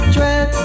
Dread